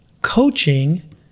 coaching